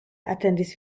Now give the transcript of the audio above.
atendis